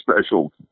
special